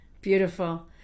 beautiful